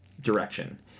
direction